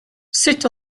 sit